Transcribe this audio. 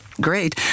Great